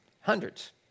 hundreds